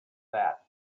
that